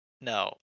No